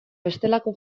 bestelako